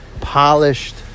polished